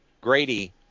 Grady